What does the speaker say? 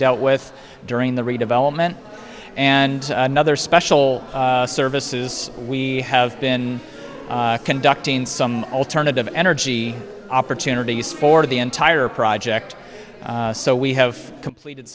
dealt with during the redevelopment and another special services we have been conducting some alternative energy opportunities for the entire project so we have completed